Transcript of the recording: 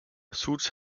suits